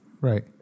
right